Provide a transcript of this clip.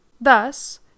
Thus